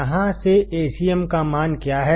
यहाँ से Acmका मान क्या है